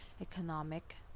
economic